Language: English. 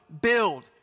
build